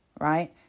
right